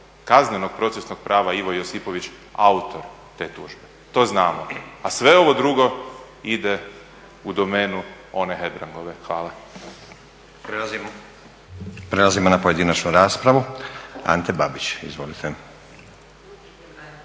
kaznenog procesnog prava Ivo Josipović autor te tužbe. To znamo, a sve ovo drugo ide u domenu one Hebrangove. Hvala. **Stazić, Nenad (SDP)** Prelazimo na pojedinačnu raspravu. Ante Babić izvolite.